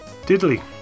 Diddly